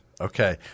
Okay